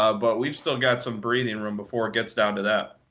ah but we've still got some breathing room before it gets down to that.